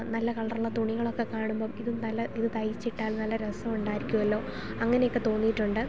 നല്ല കളറുള്ള തുണികളൊക്കെ കാണുമ്പം ഇത് നല്ല ഇത് തയ്ച്ചു ഇട്ടാൽ നല്ല രസമുണ്ടാരിക്കുമല്ലോ അങ്ങനെയൊക്കെ തോന്നിയിട്ടുണ്ട്